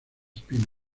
spin